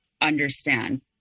understand